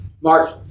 Mark